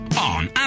on